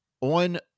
on